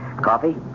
Coffee